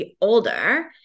older